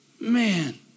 man